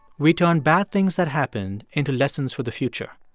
we turn bad things that happened into lessons for the future.